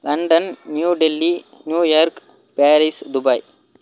London New Delhi New York Paris Dubai